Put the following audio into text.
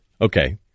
Okay